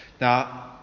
Now